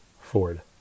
Ford